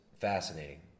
fascinating